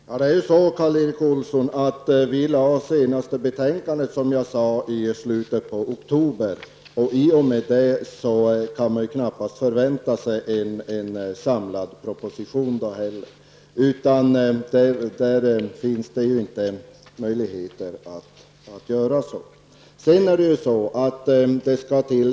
Herr talman! Som jag sade tidigare, Karl Erik Olsson, lade vi fram det senaste betänkandet i slutet av oktober. Därmed går det knappast att förvänta sig en samlad proposition; det finns inga möjligheter till det.